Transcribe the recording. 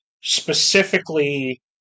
Specifically